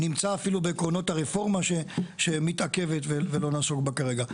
נמצא אפילו בעקרונות הרפורמה שמתעכבת ולא נעסוק בה כרגע.